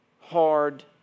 hard